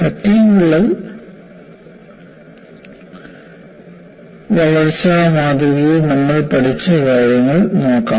fatigue വിള്ളൽ വളർച്ചാ മാതൃകയിൽ നമ്മൾ പഠിച്ച കാര്യങ്ങൾ നോക്കാം